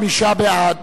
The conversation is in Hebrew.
35 בעד,